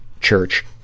church